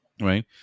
Right